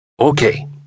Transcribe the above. Okay